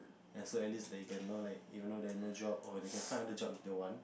so at least like you can know like even though they have no job they can ind other jobs if they want